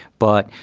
but,